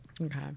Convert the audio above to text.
Okay